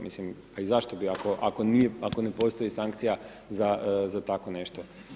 Mislim, a i zašto bi ako ne postoji sankcija za tako nešto.